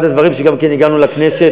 אחד הדברים שהגענו אתם לכנסת,